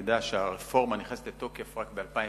תדע שהרפורמה נכנסת לתוקף רק ב-2012,